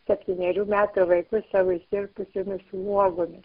septynerių metų vaikus savo išsirpusiomis uogomis